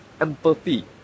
empathy